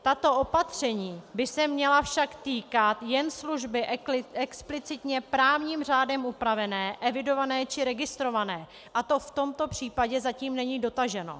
Tato opatření by se však měla týkat jen služby explicitně právním řádem upravené, evidované či registrované a to v tomto případě zatím není dotaženo.